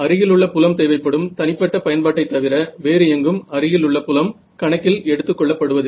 அருகிலுள்ள புலம் தேவைப்படும் தனிப்பட்ட பயன்பாட்டை தவிர வேறு எங்கும் அருகிலுள்ள புலம் கணக்கில் எடுத்துக் கொள்ளப் படுவதில்லை